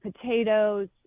potatoes